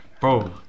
Bro